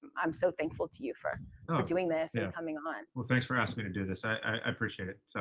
i'm so thankful to you for doing this and coming on. well, thanks for asking me to do this. i appreciate it. so